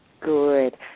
Good